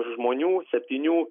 žmonių septynių